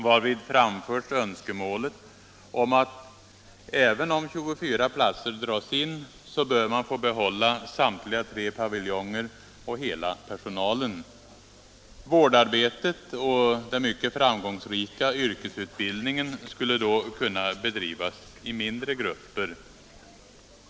varvid framförts önskemålet att man även om 24 platser dras in bör få behålla samtliga tre paviljonger och hela personalen. Vårdarbetet och den mycket framgångsrika yrkesutbildningen skulle då kunna bedrivas i mindre grupper.